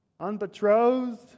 unbetrothed